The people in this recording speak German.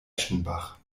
eschenbach